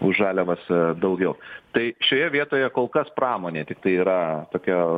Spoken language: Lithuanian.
už žaliavas daugiau tai šioje vietoje kol kas pramonė tiktai yra tokia